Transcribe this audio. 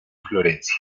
florencia